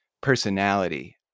personality